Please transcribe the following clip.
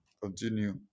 Continue